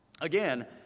again